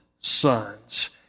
sons